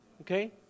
Okay